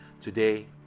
today